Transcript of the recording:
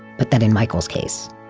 but that in michael's case,